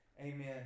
Amen